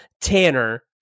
Tanner